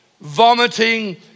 vomiting